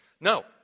No